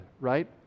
right